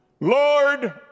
Lord